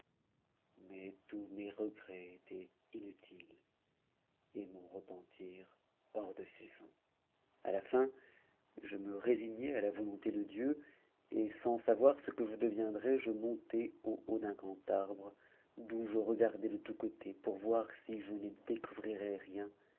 mais tous mes regrets étaient inutiles et mon repentir hors de saison a la fin je me résignai à la volonté de dieu et sans savoir ce que je deviendrais je montai au haut d'un grand arbre d'où je regardai de tous côtés pour voir si je ne découvrirais rien